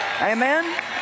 Amen